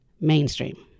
mainstream